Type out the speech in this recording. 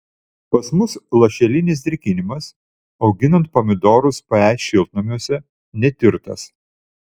pas mus lašelinis drėkinimas auginant pomidorus pe šiltnamiuose netirtas